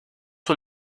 sur